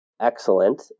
excellent